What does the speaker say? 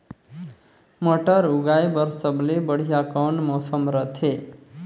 मटर उगाय बर सबले बढ़िया कौन मौसम रथे?